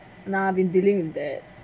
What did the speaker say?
nah I've been dealing with that